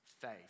faith